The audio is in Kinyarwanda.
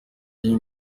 y’i